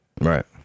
Right